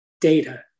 data